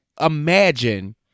imagine